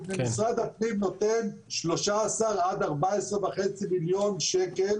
משרד הפנים נותן 13 עד 14.5 מיליון שקלים